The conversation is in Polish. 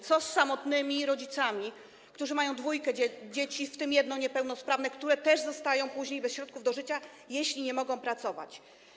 Co z samotnymi rodzicami, którzy mają dwójkę dzieci, w tym jedno niepełnosprawne, które też zostają później bez środków do życia, jeśli nie mogą pracować?